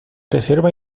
reserva